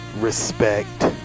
respect